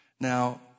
Now